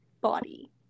body